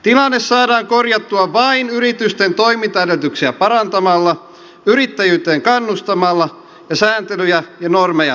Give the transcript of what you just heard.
tilanne saadaan korjattua vain yritysten toimintaedellytyksiä parantamalla yrittäjyyteen kannustamalla ja sääntelyjä ja normeja purkamalla